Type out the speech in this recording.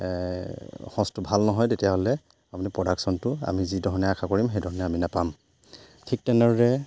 সঁচটো ভাল নহয় তেতিয়াহ'লে আপুনি প্ৰডাকশ্যনটো আমি যি ধৰণে আশা কৰিম সেই ধৰণে আমি নাপাম ঠিক তেনেদৰে